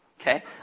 Okay